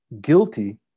guilty